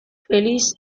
felix